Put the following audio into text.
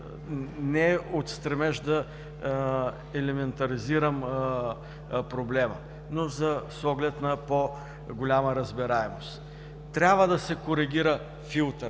не е от стремеж да елементаризирам проблема, но с оглед на по-голяма разбираемост. Трябва да се коригира филтърът,